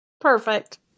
perfect